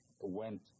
went